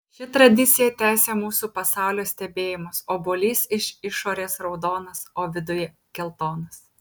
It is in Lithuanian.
ši tradicija tęsia mūsų pasaulio stebėjimus obuolys iš išorės raudonas o viduj geltonas